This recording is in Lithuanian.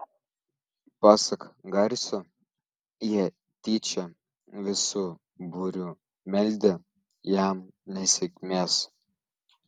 pasak garsio jie tyčia visu būriu meldę jam nesėkmės